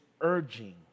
urging